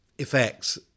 effects